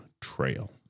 Trail